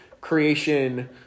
creation